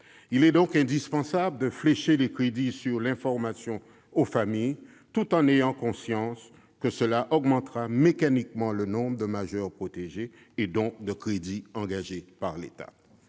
Il est donc indispensable de flécher des crédits sur l'information aux familles, tout en ayant conscience que cela augmentera mécaniquement le nombre de majeurs protégés et donc le volume de crédits engagés par l'État.